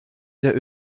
der